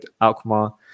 Alkmaar